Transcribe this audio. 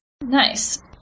Nice